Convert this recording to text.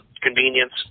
convenience